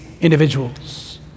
individuals